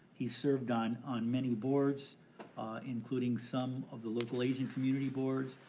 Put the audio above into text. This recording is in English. he served on on many boards including some of the local aging community boards,